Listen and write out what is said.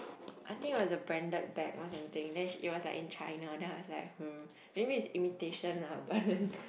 I think it was a branded bag or something then she it was like in China then I was like !huh! maybe it is imitation lah but then